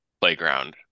playground